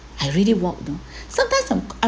I really walk you know sometimes um I